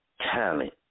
talent